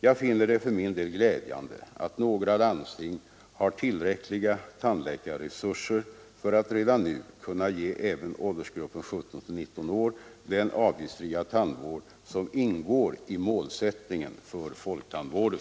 Jag finner det för min del glädjande att några landsting har tillräckliga tandläkarresurser för att redan nu kunna ge även åldersgruppen 17—19 år den avgiftsfria tandvård som ingår i målsättningen för folktandvården.